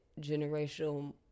generational